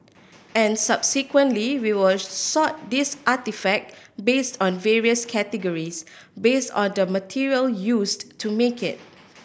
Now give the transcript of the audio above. and subsequently we will sort these artefact based on various categories based on the material used to make it